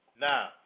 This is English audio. Now